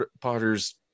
Potter's